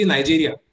Nigeria